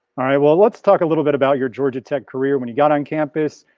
all right, well, let's talk a little bit about your georgia tech career when you got on campus,